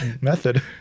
method